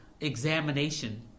examination